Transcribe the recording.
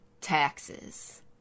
taxes